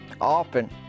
often